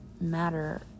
matter